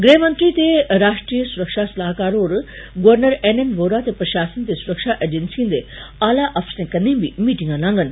गृहमंत्री ते राष्ट्रीय सुरक्षा सलाहकार होर गवर्नर एन एन वोहरा ते प्रशासन ते सुरक्षा एजेन्सियें दे आला अफसरें कन्ने बी मीटिंगा लांडन